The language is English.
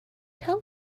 tell